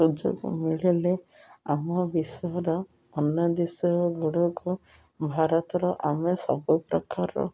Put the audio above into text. ସୁଯୋଗ ମିଳିଲେ ଆମ ଅନ୍ୟ ଦେଶ ଗୁଡ଼ିକୁ ଭାରତର ଆମେ ସବୁପ୍ରକାର